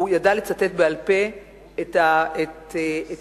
הוא ידע לצטט בעל-פה את "העורב",